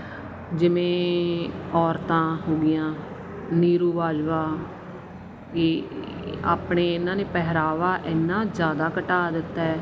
ਜਿਵੇਂ ਔਰਤਾਂ ਹੋ ਗਈਆਂ ਨੀਰੂ ਬਾਜਵਾ ਇਹ ਆਪਣੇ ਇਹਨਾਂ ਨੇ ਪਹਿਰਾਵਾਂ ਇਨਾ ਜਿਆਦਾ ਘਟਾ ਦਿੱਤਾ